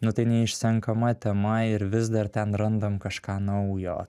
nu tai neišsenkama tema ir vis dar ten randam kažką naujo